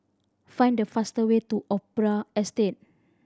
find the faster way to Opera Estate